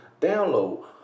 download